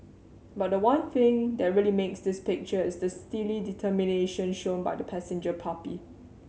but the one thing that really makes this picture is the steely determination shown by the passenger puppy